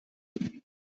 anliegen